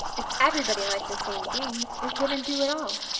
if everybody liked the same things it wouldn't do at all.